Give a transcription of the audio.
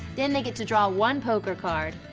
then they get to draw one poker card.